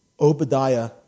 Obadiah